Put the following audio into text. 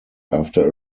after